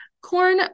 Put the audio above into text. corn